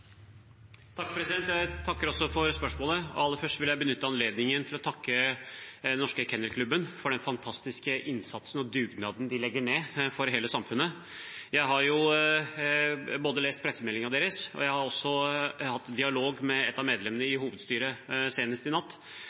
Takk for spørsmålet. Aller først vil jeg benytte anledningen til å takke Norsk Kennel Klub for den fantastiske innsatsen og dugnaden de legger ned for hele samfunnet. Jeg har både lest pressemeldingen deres og hatt dialog med et av medlemmene i hovedstyret deres, senest i natt.